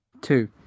two